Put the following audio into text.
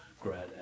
grad